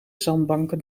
zandbanken